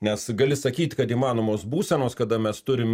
nes gali sakyt kad įmanomos būsenos kada mes turim